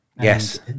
Yes